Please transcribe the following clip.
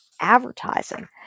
advertising